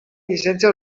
llicència